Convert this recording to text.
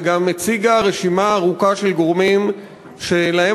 וגם הציגה רשימה ארוכה של גורמים שלהם